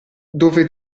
dove